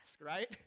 right